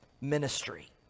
ministry